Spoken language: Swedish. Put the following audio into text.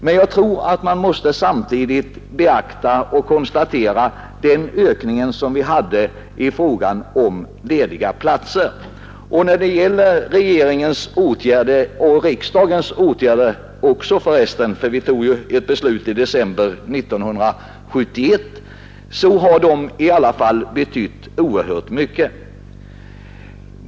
Men jag tror att man måste beakta den ökning som förekom i fråga om lediga platser. Regeringens åtgärder — och även riksdagens åtgärder, eftersom vi tog ett beslut i december 1971 — har betytt oerhört mycket.